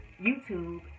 YouTube